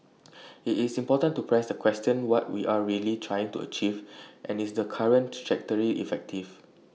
IT is important to press the question what we are really trying to achieve and is the current trajectory effective